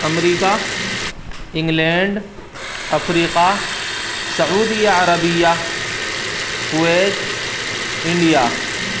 America England Africa Saudi Arabia Kuwait India